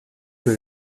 que